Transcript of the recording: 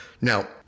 Now